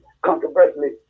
controversially